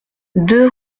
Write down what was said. deux